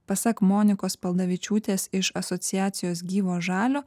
pasak monikos paldavičiūtės iš asociacijos gyvo žalio